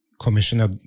Commissioner